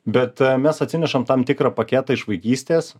bet mes atsinešam tam tikrą paketą iš vaikystės